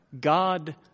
God